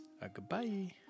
Goodbye